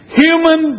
human